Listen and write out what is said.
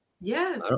Yes